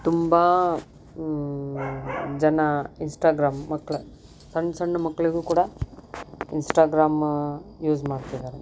ತುಂಬಾ ಜನ ಇನ್ಸ್ಟಾಗ್ರಾಮ್ ಮಕ್ಕಳು ಸಣ್ಣ ಸಣ್ಣ ಮಕ್ಕಳಿಗೂ ಕೂಡ ಇನ್ಸ್ಟಾಗ್ರಾಮ ಯೂಸ್ ಮಾಡ್ತಿದ್ದಾರೆ